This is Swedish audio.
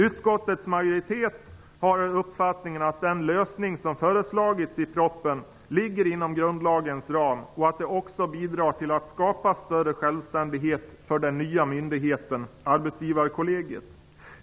Utskottets majoritet har uppfattningen att den lösning som föreslagits i propositionen ligger inom grundlagens ram och också bidrar till att skapa större självständighet för den nya myndigheten, arbetsgivarkollegiet.